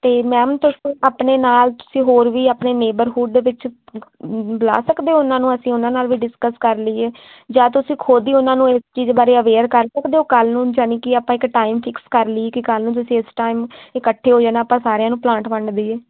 ਅਤੇ ਮੈਮ ਤੁਸੀਂ ਆਪਣੇ ਨਾਲ ਤੁਸੀਂ ਹੋਰ ਵੀ ਆਪਣੇ ਨੇਬਰਹੁੱਡ ਵਿੱਚ ਬੁਲਾ ਸਕਦੇ ਹੋ ਉਹਨਾਂ ਨੂੰ ਅਸੀਂ ਉਹਨਾਂ ਨਾਲ ਵੀ ਡਿਸਕਸ ਕਰ ਲਈਏ ਜਾਂ ਤੁਸੀਂ ਖੁਦ ਹੀ ਉਹਨਾਂ ਨੂੰ ਇਸ ਚੀਜ਼ ਬਾਰੇ ਅਵੇਅਰ ਕਰ ਸਕਦੇ ਹੋ ਕੱਲ੍ਹ ਨੂੰ ਯਾਨੀ ਕਿ ਆਪਾਂ ਇੱਕ ਟਾਈਮ ਫਿਕਸ ਕਰ ਲਈਏ ਕਿ ਕੱਲ੍ਹ ਨੂੰ ਤੁਸੀਂ ਇਸ ਟਾਈਮ ਇਕੱਠੇ ਹੋ ਜਾਣਾ ਆਪਾਂ ਸਾਰਿਆਂ ਨੂੰ ਪਲਾਂਟ ਵੰਡ ਦਈਏ